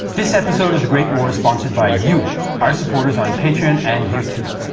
this episode of the great war is sponsored by you, our supporters on patreon and youtube.